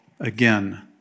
again